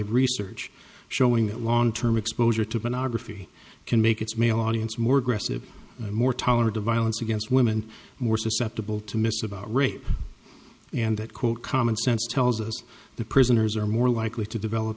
of research showing that long term exposure to an odd a few can make its male audience more aggressive more tolerant of violence against women more susceptible to miss about rape and that quote common sense tells us the prisoners are more likely to develop